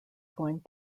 going